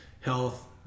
health